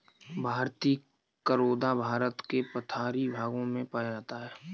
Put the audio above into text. भारतीय करोंदा भारत के पठारी भागों में पाया जाता है